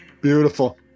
Beautiful